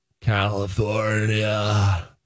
California